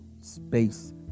space